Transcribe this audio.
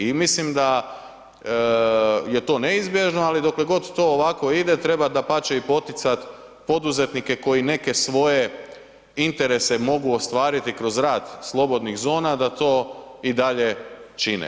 I mislim da je to neizbježno ali dokle god to ovako ide treba dapače i poticati poduzetnike koji neke svoje interese mogu ostvariti kroz rad slobodnih zona da to i dalje čine.